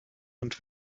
und